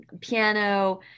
piano